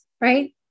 right